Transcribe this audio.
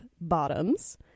Bottoms